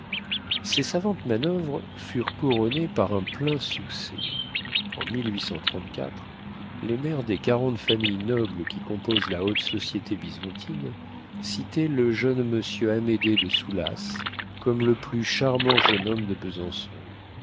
ces savantes manoeuvres furent couronnées par un plein succès en les mères des quarante familles nobles qui composent la haute société bisontine citaient le jeune monsieur amédée de soulas comme le plus charmant jeune homme de besançon